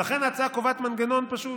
לכן ההצעה קובעת מנגנון פשוט.